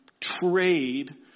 trade